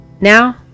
Now